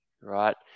Right